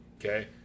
okay